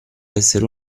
essere